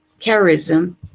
charism